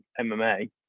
MMA